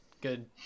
Good